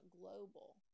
global